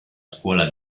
scuola